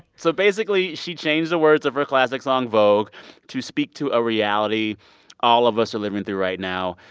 so basically, she changed the words of her classic song vogue to speak to a reality all of us are living through right now.